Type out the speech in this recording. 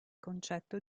concetto